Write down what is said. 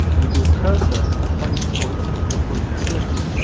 with your cursor at the highest point after the point it flips,